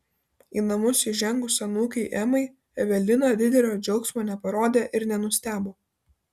į namus įžengus anūkei emai evelina didelio džiaugsmo neparodė ir nenustebo